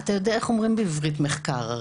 אתה יודע איך אומרים מחקר בעברית, הרי?